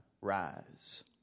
rise